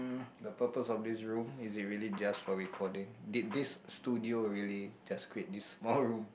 the purpose of this room is it really just for recording did this studio really just create this small room